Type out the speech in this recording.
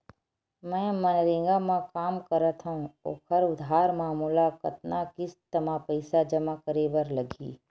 मैं मनरेगा म काम करथव, ओखर आधार म मोला कतना किस्त म पईसा जमा करे बर लगही?